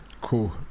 Cool